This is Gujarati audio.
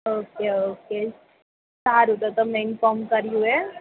ઓકે ઓકે સારું તો તમે ઇન્ફોર્મ કર્યું એ